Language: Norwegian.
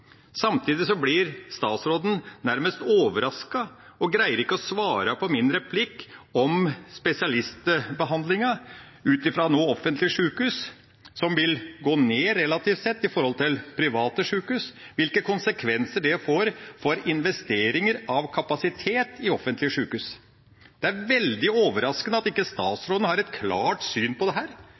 Samtidig blir statsråden nærmest overrasket og greier ikke å svare på min replikk om spesialistbehandlinga ut fra offentlige sykehus, som vil gå ned relativt sett i forhold til private sykehus, og på hvilke konsekvenser det får for investeringer i kapasitet i offentlige sykehus. Det er veldig overraskende at ikke statsråden har et klart syn på dette. Hvis det